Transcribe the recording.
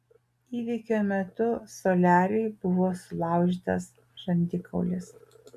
įvykio metu soliariui buvo sulaužytas žandikaulis